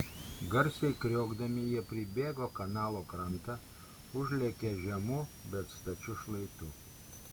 garsiai kriokdami jie pribėgo kanalo krantą užlėkė žemu bet stačiu šlaitu